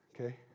Okay